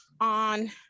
on